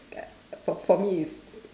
for for me is